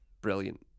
Brilliant